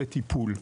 לטיפול.